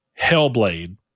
Hellblade